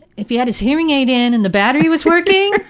if he had his hearing aid in and the battery was working,